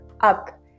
up